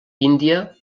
índia